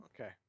Okay